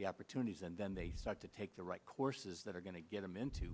the opportunities and then they start to take the right courses that are going to get them into